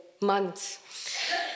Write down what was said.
months